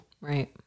Right